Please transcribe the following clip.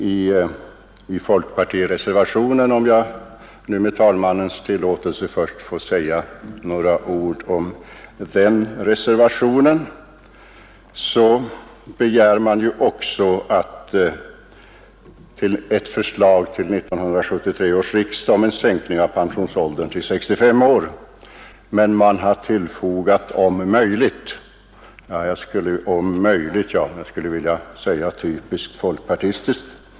I folkpartireservationen — om jag nu med talmannens tillåtelse först får säga några ord om den reservationen — begärs ett förslag om möjligt till 1973 års riksdag om en sänkning av pensionsåldern till 65 år. Man har alltså tillfogat orden ”om möjligt”. Jag skulle vilja kalla det typiskt folkpartistiskt.